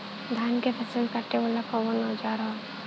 धान के फसल कांटे वाला कवन औजार ह?